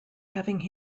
having